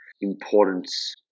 importance